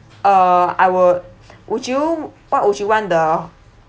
uh I will would you what would you want the